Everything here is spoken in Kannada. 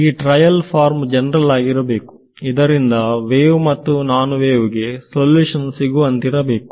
ಈ ಟ್ರಯಲ್ ಫಾರ್ಮ್ ಜನರಲ್ ಆಗಿರಬೇಕು ಇದರಿಂದ ವೇವ್ ಮತ್ತು ನಾನ್ ವೇವ್ ಗೆ ಸೊಲ್ಯೂಷನ್ ಸಿಗುವಂತಿರಬೇಕು